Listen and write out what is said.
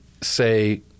say –